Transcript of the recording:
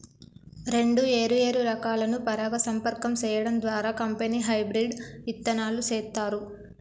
రెండు ఏరు ఏరు రకాలను పరాగ సంపర్కం సేయడం ద్వారా కంపెనీ హెబ్రిడ్ ఇత్తనాలు సేత్తారు